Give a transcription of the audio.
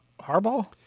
Harbaugh